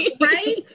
right